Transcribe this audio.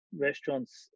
restaurants